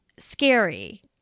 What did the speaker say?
scary